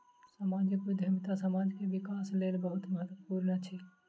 सामाजिक उद्यमिता समाज के विकासक लेल बहुत महत्वपूर्ण अछि